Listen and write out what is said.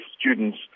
students